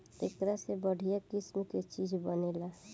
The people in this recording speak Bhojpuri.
एकरा से बढ़िया किसिम के चीज बनेला